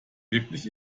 wirklich